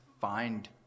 find